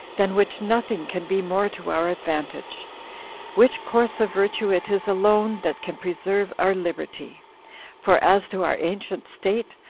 than which nothing can be more to our advantage which course of virtue it is alone that can preserve our liberty for as to our ancient state,